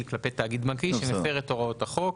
כלפי תאגיד בנקאי שמפר את הוראות החוק.